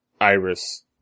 Iris